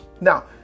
now